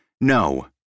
no